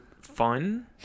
fun